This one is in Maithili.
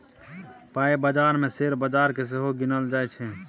पाइ बजार मे शेयर बजार केँ सेहो गिनल जाइ छै